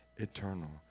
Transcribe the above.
eternal